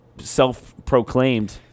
self-proclaimed